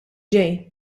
ġej